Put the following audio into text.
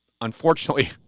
Unfortunately